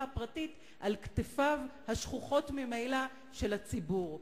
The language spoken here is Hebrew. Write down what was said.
הפרטית על כתפיו השחוחות ממילא של הציבור.